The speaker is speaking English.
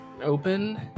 open